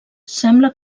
sembla